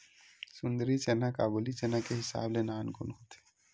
सुंदरी चना काबुली चना के हिसाब ले नानकुन होथे